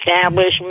establishment